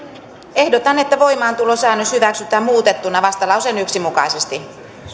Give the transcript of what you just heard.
ehdotan että voimaantulosäännös hyväksytään muutettuna vastalauseen yksi mukaisesti